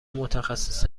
متخصص